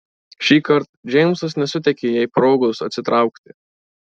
šįkart džeimsas nesuteikė jai progos atsitraukti